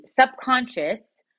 subconscious